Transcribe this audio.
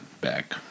back